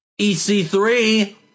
EC3